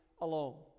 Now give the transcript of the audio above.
alone